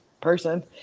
person